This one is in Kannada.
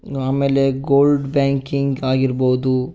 ಆಮೇಲೆ ಗೋಲ್ಡ್ ಬ್ಯಾಂಕಿಂಗ್ ಆಗಿರ್ಬೋದು